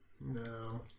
No